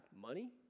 money